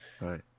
Right